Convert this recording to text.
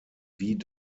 wie